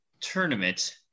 tournament